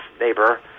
neighbor